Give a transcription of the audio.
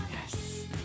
Yes